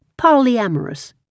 polyamorous